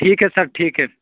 ٹھیک ہے سر ٹھیک ہے